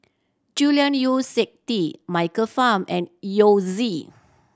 Julian Yeo See Teck Michael Fam and Yao Zi